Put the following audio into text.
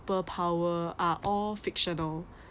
super power are all fictional